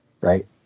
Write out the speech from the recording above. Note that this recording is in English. right